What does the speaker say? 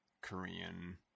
Korean